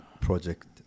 project